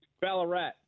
Ballarat